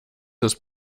ist